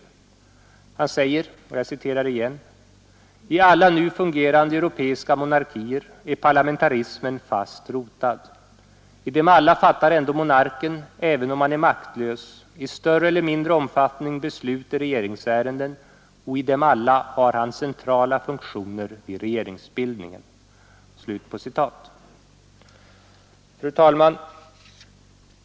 Han säger: ”I alla nu fungerande europeiska monarkier är parlamentarismen fast rotad. I dem alla fattar ändå monarken även om han är maktlös, i större eller mindre omfattning beslut i regeringsärenden och i dem alla har han centrala funktioner vid regeringsbildningen.” Fru talman!